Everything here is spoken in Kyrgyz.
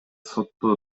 сотто